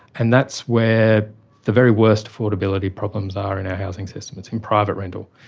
and that's where the very worst affordability problems are in our housing system, it's in private rental.